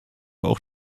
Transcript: auch